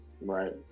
Right